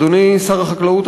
אדוני שר החקלאות,